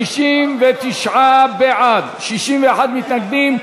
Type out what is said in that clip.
59 בעד, 61 מתנגדים.